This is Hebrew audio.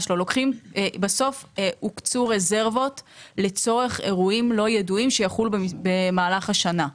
בסוף הוקצו רזרבות לצורך אירועים לא ידועים שיחולו במהלך השנה.